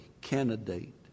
candidate